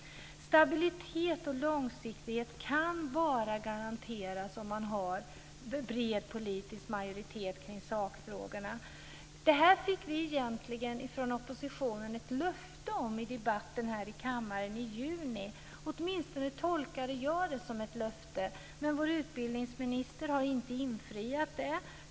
Stabilitet och långsiktighet kan bara garanteras om man har en bred politisk majoritet kring sakfrågorna. Detta fick egentligen vi i oppositionen ett löfte om i debatten här i kammaren i juni. Åtminstone tolkade jag det som ett löfte. Men vår utbildningsminister har inte infriat det.